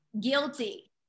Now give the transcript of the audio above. guilty